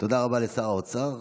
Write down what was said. תודה רבה לשר האוצר.